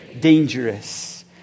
dangerous